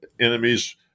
enemies